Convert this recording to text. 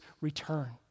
return